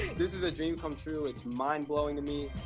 this is a dream come true. it's mind-blowing to me.